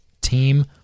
team